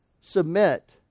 submit